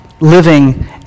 living